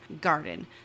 garden